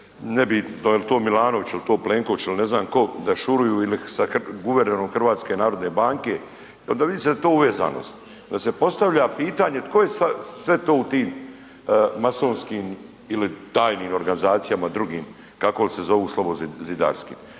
nebitno jel to Milanović, jel to Plenković il ne znam tko da šuruju ili sa guvernerom HNB-a i onda vidi se da je to uvezanost. I onda se postavlja pitanje tko je sve to u tim masonskim ili tajnim organizacijama drugim kako li se zovu slobo zidarski.